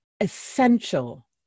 essential